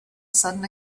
sudden